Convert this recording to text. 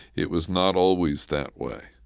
it was not always that way.